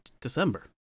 December